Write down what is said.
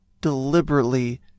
deliberately